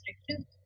restrictions